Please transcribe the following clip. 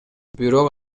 бирок